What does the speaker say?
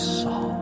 saw